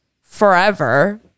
forever